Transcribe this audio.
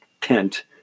tent